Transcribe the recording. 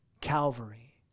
Calvary